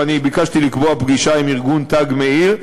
ואני ביקשתי לקבוע פגישה עם ארגון "תג מאיר",